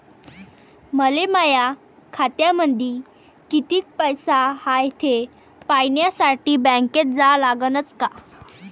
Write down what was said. मले माया खात्यामंदी कितीक पैसा हाय थे पायन्यासाठी बँकेत जा लागनच का?